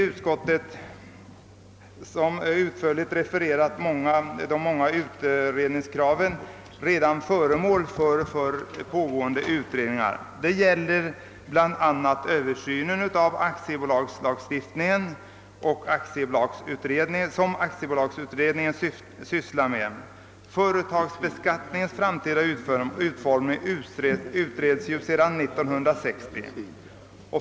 Utskottet har utförligt refererat de många utredningskraven, men frågan är för närvarande redan föremål för utredningar, bl.a. genom utredningen om Översyn av aktiebolagslagstiftningen vilket aktiebolagsutredningen sysslar med. Företagsbeskattningens framtida utformning utreds sedan 1960.